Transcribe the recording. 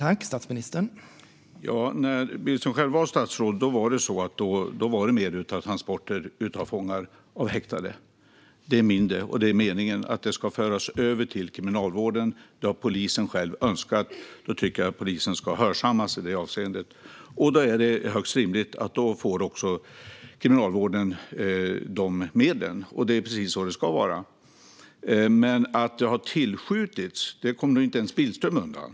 Herr talman! När Billström själv var statsråd var det fler transporter av häktade och fångar. Det är nu färre, och det är meningen att det ska föras över till Kriminalvården. Det har polisen själv önskat. Jag tycker att polisen ska hörsammas i det avseendet. Då är det också högst rimligt att Kriminalvården får medlen. Det är precis så det ska vara. Att det har tillskjutits medel kommer inte ens Billström undan.